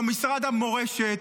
כמו משרד המורשת,